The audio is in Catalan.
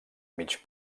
mig